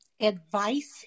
Advice